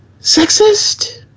sexist